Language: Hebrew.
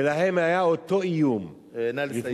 שלהם היה אותו איום, נא לסיים.